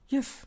Yes